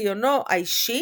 ארכיונו האישי